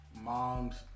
moms